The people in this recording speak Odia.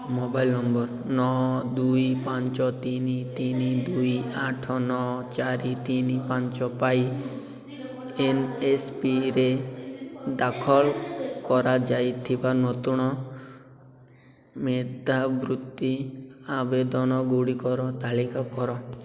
ମୋବାଇଲ୍ ନମ୍ବର୍ ନଅ ଦୁଇ ପାଞ୍ଚ ତିନି ତିନି ଦୁଇ ଆଠ ନଅ ଚାରି ତିନି ପାଞ୍ଚ ପାଇଁ ଏନ୍ଏସ୍ପିରେ ଦାଖଲ କରାଯାଇଥିବା ନୂତନ ମେଧାବୃତ୍ତି ଆବେଦନଗୁଡ଼ିକର ତାଲିକା କର